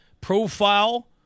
profile